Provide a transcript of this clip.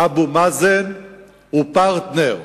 אבו מאזן הוא פרטנר.